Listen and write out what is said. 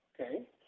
Okay